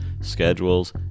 schedules